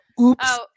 Oops